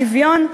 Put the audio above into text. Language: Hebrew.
שוויון,